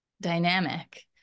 dynamic